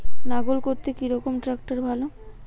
লাঙ্গল করতে কি রকম ট্রাকটার ভালো?